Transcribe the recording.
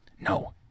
No